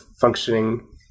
functioning